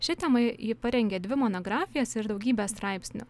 šia tema ji parengė dvi monografijas ir daugybę straipsnių